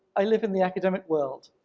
i live in the academic world,